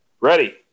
Ready